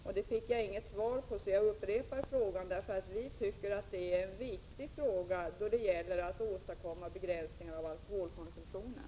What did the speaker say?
Jag fick inget svar på den frågan, så jag upprepar den. Vi tycker att det är en viktig fråga då det gäller att åstadkomma begränsningar av alkoholkonsumtionen.